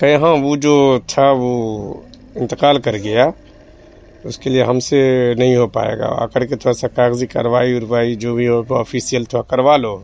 کہیں ہاں وہ جو تھا وہ انتقال کر گیا اس کے لیے ہم سے نہیں ہو پائے گا آ کر کے تھوڑا سا کاغذی کاروائی اوروائی جو بھی ہو آفیسییل تھوڑا کروا لو